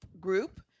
group